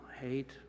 Hate